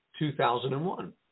2001